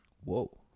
Whoa